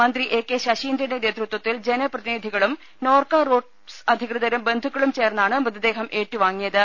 മന്ത്രി A K ശശീന്ദ്രന്റെ നേതൃത്വത്തിൽ ജനപ്രതിനിധികളും നോർക്ക റൂട്ട്സ് അധികൃതരും ബന്ധുക്കളും ചേർന്നാണ് മൃതദേഹം ഏറ്റുവാങ്ങിയത്